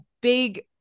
big